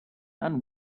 and